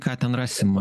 ką ten rasim